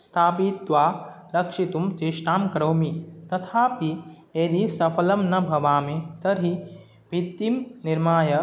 स्थापयित्वा रक्षितुं चेष्टां करोमि तथापि यदि सफलं न भवामि तर्हि भित्तिं निर्माय